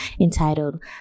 entitled